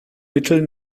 mittel